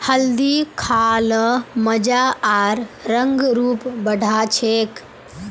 हल्दी खा ल मजा आर रंग रूप बढ़ा छेक